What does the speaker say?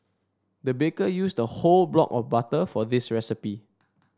the baker used a whole block of butter for this recipe